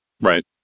Right